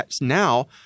now